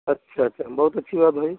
अच्छा अच्छा बहुत अच्छी बात भाई